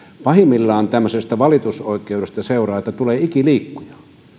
pahimmillaan tämmöisestä valitusoikeudesta seuraa että tulee ikiliikkuja